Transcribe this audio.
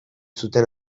zuten